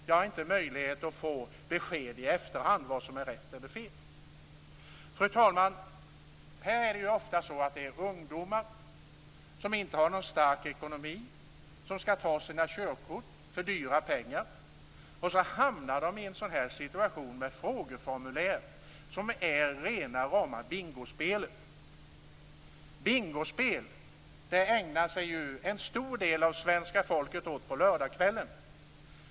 Det finns ingen möjlighet att få besked i efterhand om det. Fru talman! Det här handlar ofta om ungdomar som inte har någon stark ekonomi. De skall ta sina körkort för dyra pengar. Sedan hamnar de i en situation med sådana här frågeformulär som är rena rama bingospelet. En stor del av svenska folket ägnar sig åt bingospel på lördagskvällen.